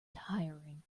tiring